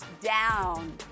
down